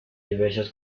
diversas